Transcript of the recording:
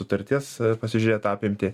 sutarties pasižiūrėt apimtį